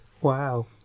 Wow